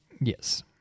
Yes